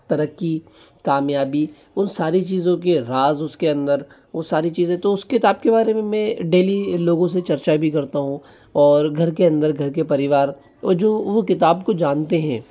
तरक्की कामयाबी उन सारी चीज़ों के राज़ उसके अंदर वो सारी चीज़ें तो उस किताब के बारे में मैं डेली लोगों से चर्चा भी करता हूँ और घर के अंदर घर के परिवार और जो वो किताब को जानते हैं